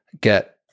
get